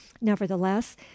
nevertheless